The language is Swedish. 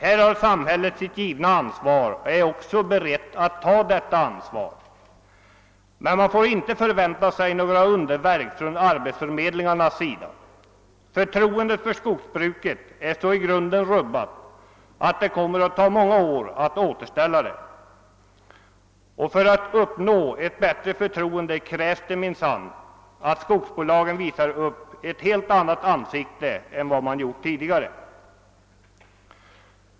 Här har samhället sitt givna ansvar och är också berett att ta detta ansvar. Men man får inte förvänta sig några underverk från arbetsförmedlingarnas sida. Förtroendet för skogsbruket är så i grunden rubbat att det kommer att ta många år att återställa det. Och för att uppnå ett bättre förtroende krävs det minsann att skogsbolagen visar upp ett helt annat ansikte än de gjort tidigare.